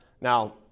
now